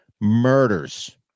Murders